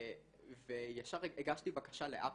וישר הגשתי בקשה לאפל.